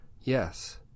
Yes